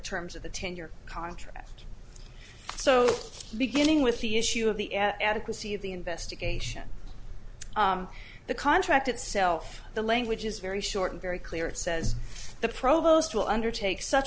terms of the tenure contract so beginning with the issue of the adequacy of the investigation the contract itself the language is very short and very clear it says the provost will undertake such